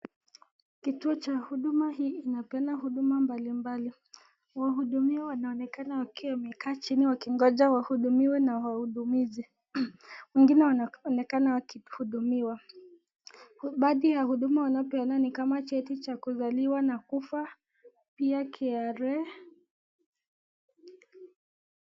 Kituo cha huduma hii inapeana huduma mbalimbali. Wahudumiwa wanaonekana wakiwa wamekaa chini wakingoja wahudumiwe na wahudumu wengine wanaonekana wakihudumiwa. Baadhi ya huduma wanaopeana ni kama cheti cha kuzaliwa na kufa pia KRA.